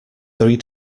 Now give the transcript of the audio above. three